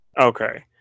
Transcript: Okay